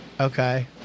okay